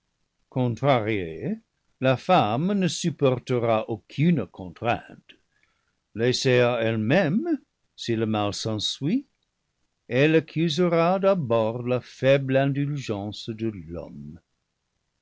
la femme ne supportera aucune con trainte laissée à elle-même si le mal s'ensuit elle accusera d'abord la faible indulgence de l'homme